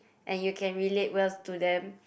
and you can relate well to them